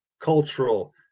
cultural